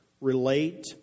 relate